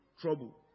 trouble